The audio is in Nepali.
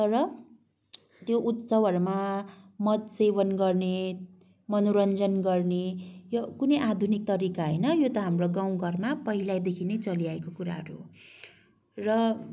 तर त्यो उत्सवहरूमा मदसेवन गर्ने मनोरञ्जन गर्ने यो कुनै आधुनिक तरिका होइन यो त हाम्रो गाउँघरमा पहिलादेखि नै चलिआएको कुराहरू हो र